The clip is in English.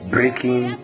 Breaking